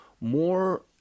more